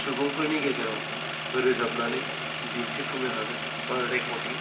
सुबुंफोरनि गेजेराव रोजाबनानै दिन्थिफुंनो हागोन बा रेकर्डिं